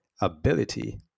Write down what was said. ability